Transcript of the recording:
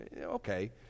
okay